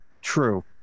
True